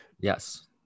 yes